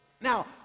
Now